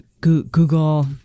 Google